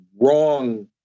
wrong